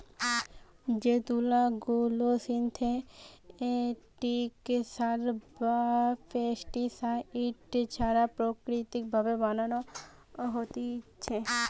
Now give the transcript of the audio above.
যে তুলা গুলা সিনথেটিক সার বা পেস্টিসাইড ছাড়া প্রাকৃতিক ভাবে বানানো হতিছে